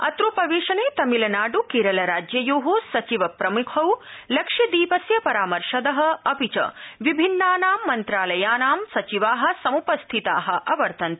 अत्रोपवेशने तमिलनाड़ केरल राज्ययो सचिवप्रमुखौ लक्ष्यदीपस्य परामर्शदः अपि च विभिन्नानां मन्त्रालयानां सचिवा समुपास्थिता अवर्तन्त